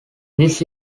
this